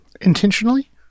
Intentionally